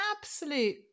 absolute